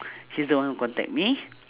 he's the one who contact me